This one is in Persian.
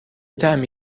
طعمی